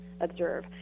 observe